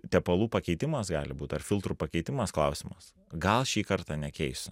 tepalų pakeitimas gali būt ar filtrų pakeitimas klausimas gal šį kartą nekeisiu